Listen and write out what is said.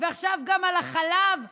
ועכשיו גם על החלב והגבינה.